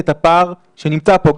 את הפער שנמצא פה.